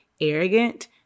arrogant